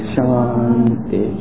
Shanti